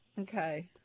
Okay